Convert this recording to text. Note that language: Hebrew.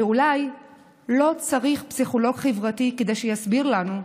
ואולי לא צריך פסיכולוג חברתי כדי שיסביר לנו,